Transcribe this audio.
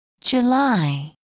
July